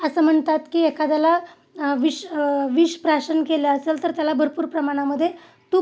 असं म्हणतात की एखाद्याला विष विष प्राशन केलं असेल तर त्याला भरपूर प्रमाणामध्ये तूप